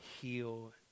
heal